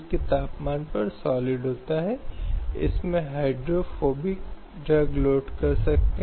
इसमें गर्भावस्था से लेकर अपने पूरे कार्यकाल तक बच्चे को जन्म देने और उसका पालन पोषण करने का अधिकार भी शामिल है